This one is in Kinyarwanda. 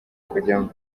kujyamo